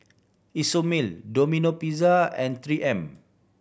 Isomil Domino Pizza and Three M